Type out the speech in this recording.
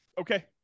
Okay